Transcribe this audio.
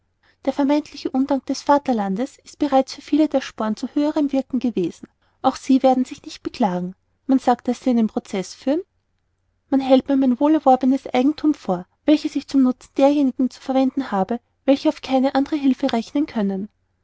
der vermeintliche undank des vaterlandes ist bereits für viele der sporn zu hohem wirken gewesen auch sie werden sich nicht beklagen man sagt daß sie einen prozeß führen man enthält mir mein wohl erworbenes eigenthum vor welches ich zum nutzen derjenigen zu verwenden habe welche auf keine andere hilfe rechnen können